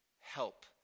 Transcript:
help